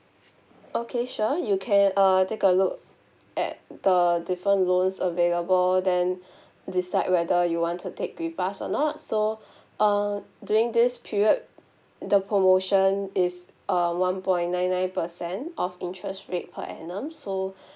okay sure you can uh take a look at the different loans available then decide whether you want to take with us or not so uh during this period the promotion is uh one point nine nine percent of interest rate per annum so